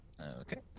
Okay